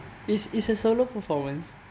this is a solo performance